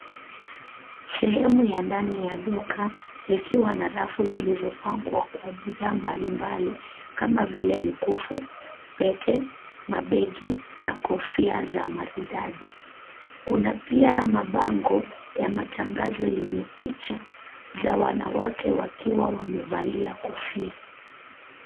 Sehemu ya ndani ya duka, likiwa na rafu zilizopangwa kwa bidhaa mbalimbali kama vile mikufu, pete, mabegi na kofia za maridadi. Kuna pia mabango ya matangazo yenye picha za wanawake wakiwa wamevalia kofia.